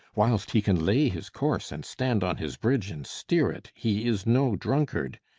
whilst he can lay his course and stand on his bridge and steer it, he is no drunkard.